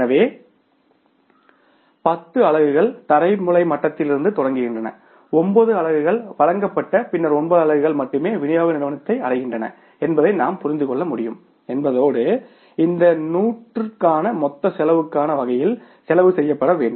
எனவே 10 அலகுகள் தலைமுறை மட்டத்திலிருந்து தொடங்குகின்றன 90 அலகுகள் வழங்கப்பட்ட பின்னர் 90 அலகுகள் மட்டுமே விநியோக நிறுவனத்தை அடைகின்றன என்பதை நாம் புரிந்து கொள்ள முடியும் என்பதோடு இந்த 100 க்கான மொத்த செலவுக்கான வகையில் செலவு செய்யப்பட வேண்டும்